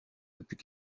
depuis